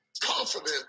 confident